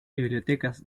bibliotecas